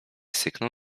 syknął